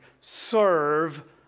serve